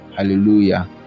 Hallelujah